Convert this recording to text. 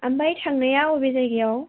ओमफ्राय थांनाया बबे जायगायाव